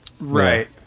right